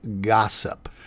gossip